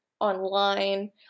online